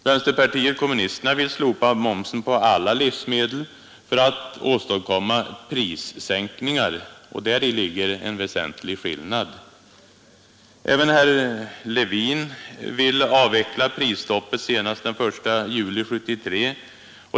Vänsterpartiet kommunisterna vill slopa momsen på alla livsmedel för att åstadkomma prissänkningar! Däri ligger en väsentlig skillnad. Även herr Levin vill avveckla prisstoppet senast den 1 juli 1973.